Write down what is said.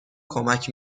کمک